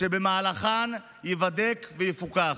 שבמהלכן הוא ייבדק ויפוקח.